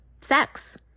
sex